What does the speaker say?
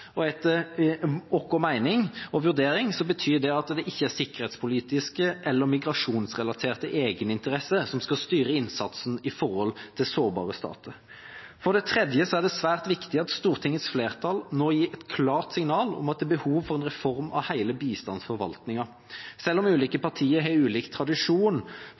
og vurdering betyr det at det ikke er sikkerhetspolitiske eller migrasjonsrelaterte egeninteresser som skal styre innsatsen for sårbare stater. For det tredje er det svært viktig at Stortingets flertall nå gir et klart signal om at det er behov for en reform av hele bistandsforvaltningen. Selv om ulike partier har ulik tradisjon